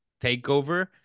takeover